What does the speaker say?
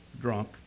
drunk